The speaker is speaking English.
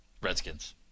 Redskins